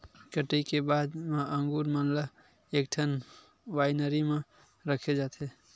कटई के बाद म अंगुर मन ल एकठन वाइनरी म रखे जाथे